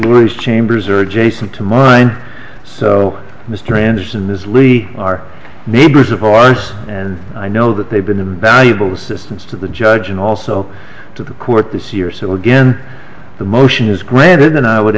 was chambers or jason to mine so mr ranson this we are neighbors of ours and i know that they've been invaluable assistance to the judge and also to the court this year so again the motion is granted and i would